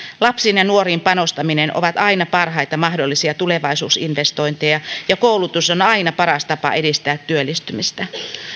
lapsiin ja nuoriin panostamiset ovat aina parhaita mahdollisia tulevaisuus investointeja ja koulutus on aina paras tapa edistää työllistymistä